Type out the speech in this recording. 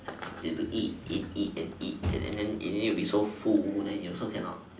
you have to eat eat and eat and then then you will be so full then you also cannot